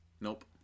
Nope